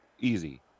Easy